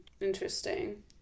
Interesting